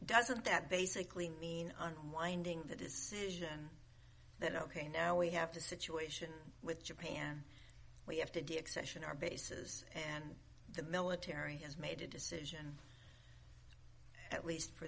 doesn't that basically mean on winding the decision that ok now we have to situation with japan we have to do exception our bases and the military has made a decision at least for